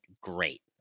Great